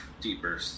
deeper